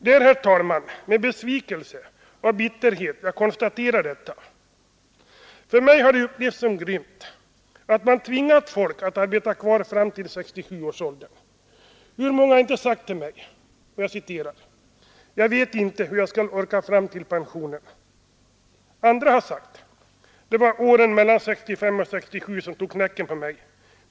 Det är, herr talman, med besvikelse och bitterhet jag konstaterar detta. För mig har det upplevts som grymt, att man tvingat folk att arbeta fram till 67 års ålder. Hur många har inte sagt mig: ”Jag vet inte hur jag skall orka fram till pensionen.” Andra har sagt: ”Det var åren mellan 65 och 67 som tog knäcken på mig.